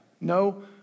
No